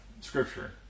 scripture